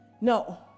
No